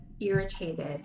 irritated